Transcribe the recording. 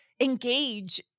engage